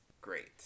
great